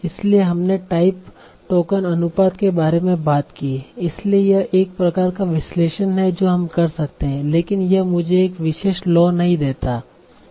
इसलिए हमने type token अनुपात के बारे में बात की है इसलिए यह एक प्रकार का विश्लेषण है जो हम कर सकते हैं लेकिन यह मुझे एक विशेष लॉ नहीं देता है